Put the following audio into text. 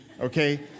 okay